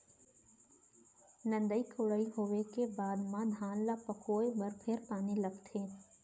निंदई कोड़ई होवे के बाद म धान ल पकोए बर फेर पानी लगथे